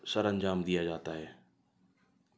سرانجام دیا جاتا ہے